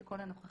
את כל הנוכחים,